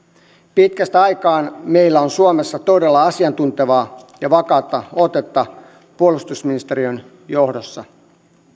pitkästä aikaa meillä on suomessa todella asiantuntevaa ja vakaata otetta puolustusministeriön johdossa